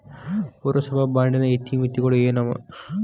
ಪುರಸಭಾ ಬಾಂಡಿನ ಇತಿಮಿತಿಗಳು ಏನವ?